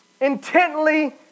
intently